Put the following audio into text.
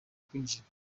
kwinjira